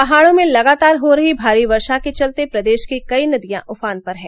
पहाड़ों में लगातार हो रही भारी वर्षा के चलते प्रदेश की कई नदियां उफान पर है